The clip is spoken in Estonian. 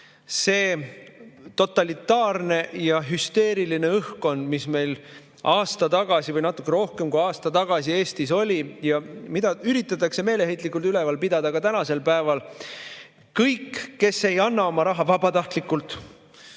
see totalitaarne ja hüsteeriline õhkkond, mis meil aasta tagasi või natuke rohkem kui aasta tagasi Eestis oli ja mida üritatakse meeleheitlikult üleval pidada ka tänasel päeval. Kõik, kes ei anna oma raha vabatahtlikult,